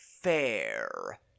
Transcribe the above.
fair